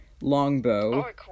longbow